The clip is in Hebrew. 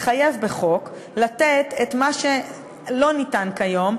לחייב בחוק לתת את מה שלא ניתן כיום,